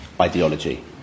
ideology